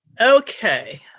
Okay